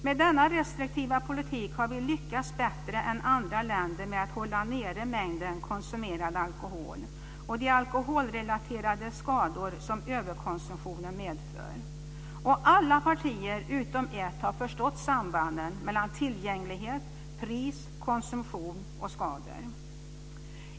Med denna restriktiva politik har vi lyckats bättre än andra länder med att hålla nere mängden konsumerad alkohol och de alkoholrelaterade skador som överkonsumtion medför. Alla partier utom ett har förstått sambanden mellan tillgänglighet, pris, konsumtion och skador.